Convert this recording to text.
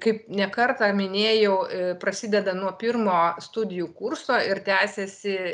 kaip ne kartą minėjau prasideda nuo pirmo studijų kurso ir tęsiasi